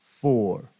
four